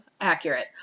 accurate